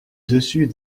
dessus